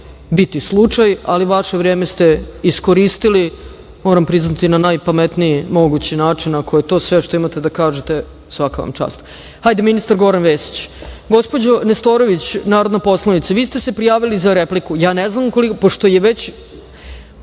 biti slučaj, ali vaše vreme ste iskoristili, moram priznati, na najpametniji mogući način. Ako je to sve što imate da kažete, svaka vam čast. Ministar Goran Vesić ima reč. Gospođo Nestorović, narodna poslanice, vi ste se prijavili za repliku. Pošto je gospodin Jovanović već